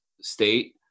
state